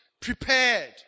prepared